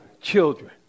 children